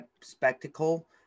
spectacle